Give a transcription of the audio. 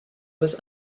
was